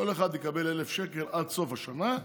כל אחד יקבל 1,000 שקל עד סוף השנה.